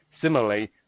Similarly